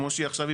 כמו שהיא עכשיו,